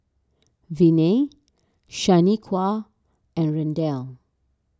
Viney Shaniqua and Randall